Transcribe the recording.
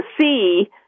see